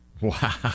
Wow